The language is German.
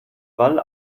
wall